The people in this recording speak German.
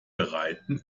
bereiten